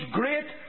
great